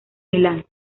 milán